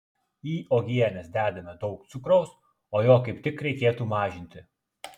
į uogienes dedame daug cukraus o jo kaip tik reikėtų mažinti